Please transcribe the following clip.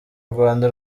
rwanda